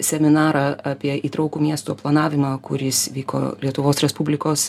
seminarą apie įtraukų miesto planavimą kuris vyko lietuvos respublikos